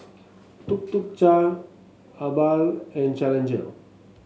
Tuk Tuk Cha Habhal and Challenger